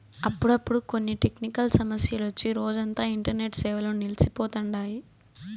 అప్పుడప్పుడు కొన్ని టెక్నికల్ సమస్యలొచ్చి రోజంతా ఇంటర్నెట్ సేవలు నిల్సి పోతండాయి